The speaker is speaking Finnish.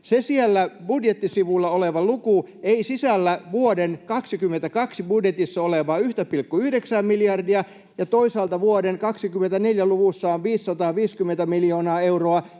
Se siellä budjettisivulla oleva luku ei sisällä vuoden 22 budjetissa olevaa 1,9:ää miljardia, ja toisaalta vuoden 24 luvussa on 550 miljoonaa euroa,